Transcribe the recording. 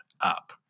up